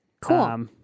Cool